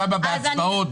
בהצבעות,